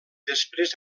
després